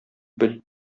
бел